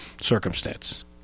circumstance